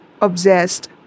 obsessed